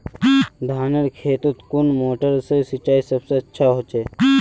धानेर खेतोत कुन मोटर से सिंचाई सबसे अच्छा होचए?